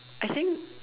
I think